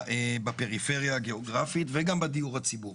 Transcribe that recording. בפריפריה הגיאוגרפית וגם בדיור הציבורי.